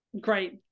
great